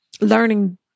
learning